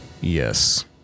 Yes